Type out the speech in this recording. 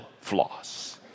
floss